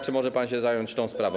Czy może pan się zająć tą sprawą?